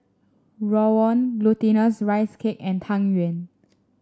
Rawon Glutinous Rice Cake and Tang Yuen